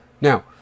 now